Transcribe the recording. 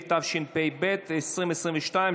התשפ"ב 2022,